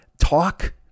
talk